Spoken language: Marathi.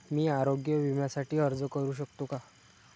मी आरोग्य विम्यासाठी अर्ज करू शकतो का?